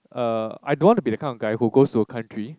uh I don't want to be that kind of guy who goes to a country